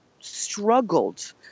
struggled